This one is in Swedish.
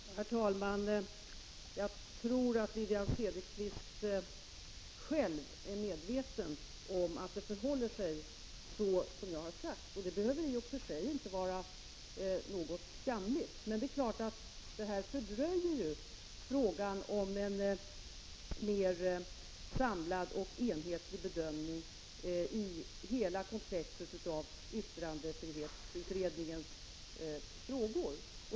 Åtgärder mot Herr talman! Jag tror att Wivi-Anne Cederqvist själv är medveten om att väldsskildringar det förhåller sig så som jag har sagt. Det behöver i och för sig inte vara något Ferro skamligt. Men det är klart att detta fördröjer en mer samlad och mer enhetlig bedömning av hela komplexet av yttrandefrihetsutredningens frågor.